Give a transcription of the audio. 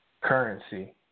currency